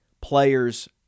players